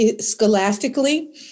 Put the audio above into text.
scholastically